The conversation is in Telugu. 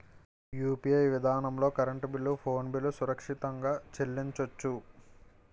యూ.పి.ఐ విధానంలో కరెంటు బిల్లు ఫోన్ బిల్లు సురక్షితంగా చెల్లించొచ్చు